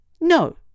No